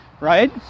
right